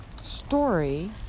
story